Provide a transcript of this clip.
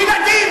ילדים.